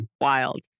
wild